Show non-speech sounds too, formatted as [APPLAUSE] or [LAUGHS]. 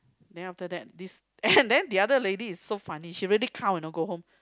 then after this and [LAUGHS] then the other lady is so funny she really count you know go home